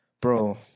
bro